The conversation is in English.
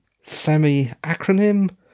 semi-acronym